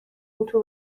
اتو